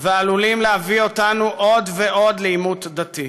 ועלולים להביא אותנו עוד ועוד לעימות דתי.